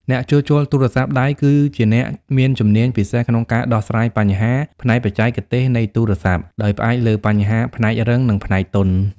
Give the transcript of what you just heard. អ្នកជួសជុលទូរស័ព្ទដៃគឺជាអ្នកមានជំនាញពិសេសក្នុងការដោះស្រាយបញ្ហាផ្នែកបច្ចេកទេសនៃទូរស័ព្ទ ដោយផ្អែកលើបញ្ហាផ្នែករឹង និងផ្នែកទន់។